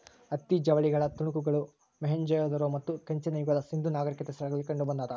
ಹತ್ತಿ ಜವಳಿಗಳ ತುಣುಕುಗಳು ಮೊಹೆಂಜೊದಾರೋ ಮತ್ತು ಕಂಚಿನ ಯುಗದ ಸಿಂಧೂ ನಾಗರಿಕತೆ ಸ್ಥಳಗಳಲ್ಲಿ ಕಂಡುಬಂದಾದ